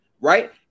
right